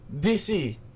DC